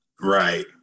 Right